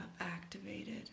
activated